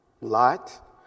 Lot